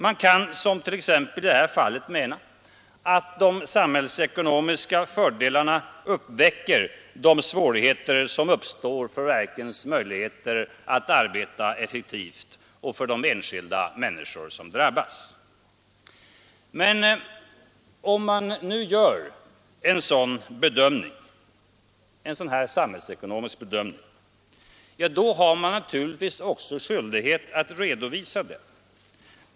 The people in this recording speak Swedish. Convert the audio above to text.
Man kan, som t.ex. i det här fallet, mena att de samhällsekonomiska fördelarna uppväger de svårigheter som uppstår för verkens möjligheter att fungera och de problem som drabbar de enskilda människorna. Men om man nu gör en sådan samhällsekonomisk bedömning har man naturligtvis också skyldighet att redovisa den.